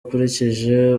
ukurikije